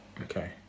okay